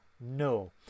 no